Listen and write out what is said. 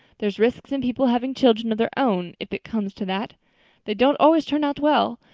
there's risks in people's having children of their own if it comes to that they don't always turn out well.